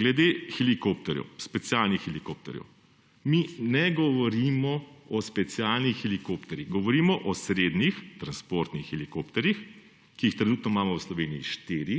Glede helikopterjev, specialnih helikopterjev. Mi ne govorimo o specialnih helikopterjih. Govorimo o srednjih transportnih helikopterjih, ki jih trenutno imamo v Sloveniji štiri,